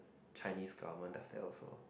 Chinese government does that also